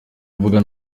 mvuga